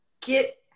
get